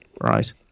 right